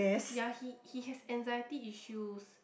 ya he he has anxiety issues